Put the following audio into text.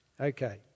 Okay